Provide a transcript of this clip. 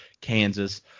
kansas